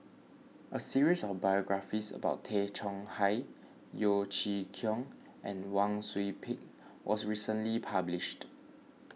a series of biographies about Tay Chong Hai Yeo Chee Kiong and Wang Sui Pick was recently published